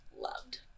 loved